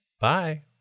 Bye